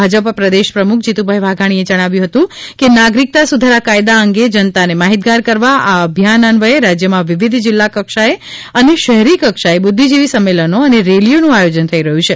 ભાજપ પ્રદેશ પ્રમુખ જીતુભાઈ વાઘાણીએ જણાવ્યું હતું કે નાગરિકતા સુધારા કાયદા અંગે જનતાને માહિતગાર કરવા આ અભિયાન અન્વયે રાજ્યમાં વિવિધ જિલ્લા કક્ષાએ અને શહેરી કક્ષાએ બુદ્વિજીવી સંમેલનો અને રેલીઓનું આયોજન થઈ રહ્યું છે